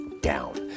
down